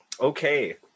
okay